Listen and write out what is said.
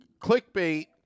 clickbait